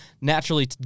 naturally